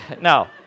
no